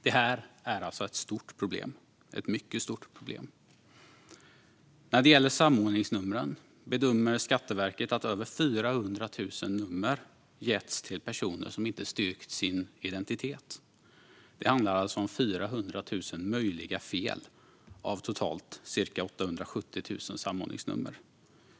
Det här är alltså ett mycket stort problem. När det gäller samordningsnumren bedömer Skatteverket att över 400 000 nummer har getts till personer som inte styrkt sin identitet. Det handlar alltså om 400 000 möjliga fel av totalt cirka 870 000 samordningsnummer.